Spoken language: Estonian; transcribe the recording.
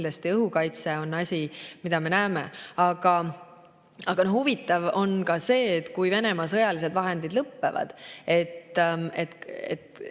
õhukaitse on asi, mida me näeme. Aga huvitav on ka see, et kui Venemaa sõjalised vahendid lõpevad, siis on